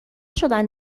شدن